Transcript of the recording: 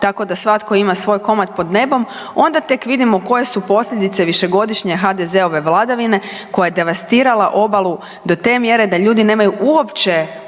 tako da svatko ima svoj komad pod nebom onda tek vidimo koje su posljedice višegodišnje HDZ-ove vladavine koja je devastirala obalu do te mjere da ljudi nemaju uopće